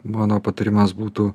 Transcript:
mano patarimas būtų